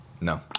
No